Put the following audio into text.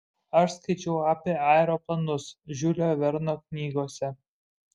aš skaičiau apie aeroplanus žiulio verno knygose